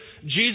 Jesus